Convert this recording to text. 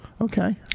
Okay